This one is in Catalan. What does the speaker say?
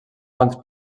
quants